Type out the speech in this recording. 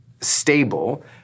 stable